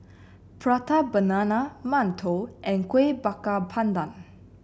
Prata Banana Mantou and Kuih Bakar Pandan